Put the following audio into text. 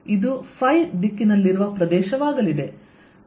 ಇದು ϕ ದಿಕ್ಕಿನಲ್ಲಿರುವ ಪ್ರದೇಶವಾಗಲಿದೆ